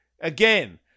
again